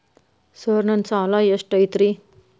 Sir ನನ್ನ ಸಾಲಾ ಎಷ್ಟು ಐತ್ರಿ?